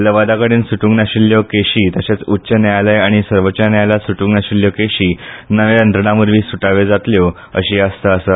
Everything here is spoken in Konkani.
लवादाकडेन सूट्रूंक नाशिल्ल्यो केशी तशेच उच्च न्यायालय आनी सर्वोच्च न्यायालयात सूटूंक नाशिल्ल्यो केशी नव्या यंत्रणावरवी सूटाव्यो जातल्यो अशी आस्त आसा